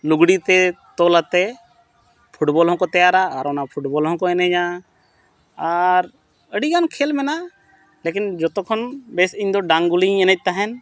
ᱞᱩᱜᱽᱲᱤ ᱛᱮ ᱛᱚᱞ ᱠᱟᱛᱮᱫ ᱦᱚᱸᱠᱚ ᱛᱮᱭᱟᱨᱟ ᱟᱨ ᱚᱱᱟ ᱦᱚᱸᱠᱚ ᱮᱱᱮᱡᱟ ᱟᱨ ᱟᱹᱰᱤᱜᱟᱱ ᱠᱷᱮᱹᱞ ᱢᱮᱱᱟᱜᱼᱟ ᱞᱮᱠᱤᱱ ᱡᱷᱚᱛᱚ ᱠᱷᱚᱱ ᱵᱮᱥ ᱤᱧᱫᱚ ᱰᱟᱝᱜᱩᱞᱤᱧ ᱮᱱᱮᱡ ᱛᱟᱦᱮᱱ